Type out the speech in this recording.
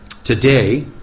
Today